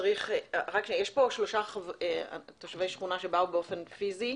יש פה שלושה תושבי שכונה שבאו באופן פיזי.